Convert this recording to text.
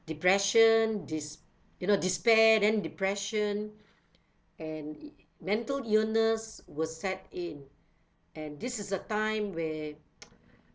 depression des~ you know despair then depression and mental illness will set in and this is a time where